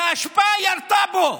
והאשפה ירתה בו.